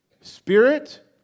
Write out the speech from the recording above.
spirit